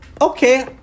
Okay